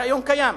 הריאיון קיים.